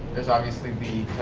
there's obviously the